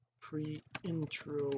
pre-intro